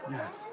Yes